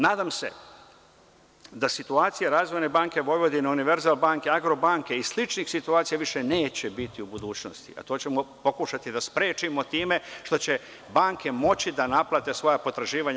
Nadam se da situacija „Razvojne banke Vojvodine“, „Univerzal banke“, „Agrobanke“ i sličnih situacija više neće biti u budućnosti, a to ćemo pokušati da sprečimo time što će banke moći da naplate svoja potraživanja.